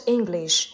English